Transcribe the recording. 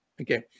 Okay